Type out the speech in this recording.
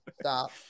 stop